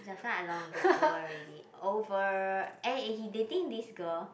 that's why I long ago over already over eh and he dating this girl